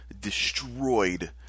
destroyed